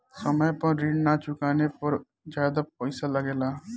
समय पर ऋण ना चुकाने पर ज्यादा पईसा लगेला?